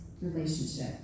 relationship